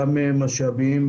גם משאבים